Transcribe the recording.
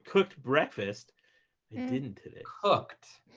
cooked breakfast? i didn't today. cooked?